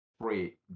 free